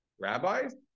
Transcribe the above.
rabbis